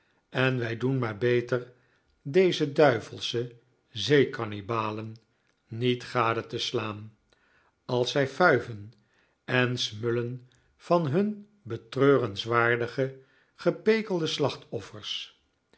en wij doen maar beter deze duivelsche zee kannibalen niet gade te slaan als zij fuiven en smullen van hun betreurenswaardige gepekelde